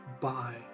Bye